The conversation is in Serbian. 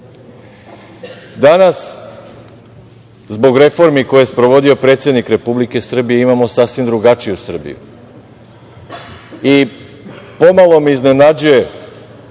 godine. Danas, zbog reformi koje je sprovodio predsednik Republike Srbije imamo sasvim drugačiju Srbiju i pomalo me iznenađuje